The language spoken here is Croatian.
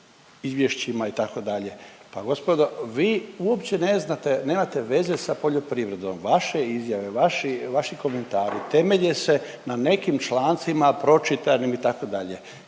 izvješćima itd., pa gospodo vi uopće ne znate nemate veze sa poljoprivredom. Vaše izjave, vaši komentari temelje se na nekim člancima pročitanim itd..